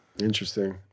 Interesting